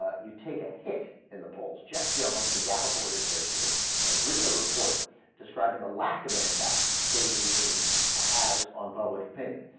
ah you take a hit in the polls jeff jones of the gallup organization is has written a report describing the lack of an impact state of the union has on public opinion